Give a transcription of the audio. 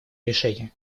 решение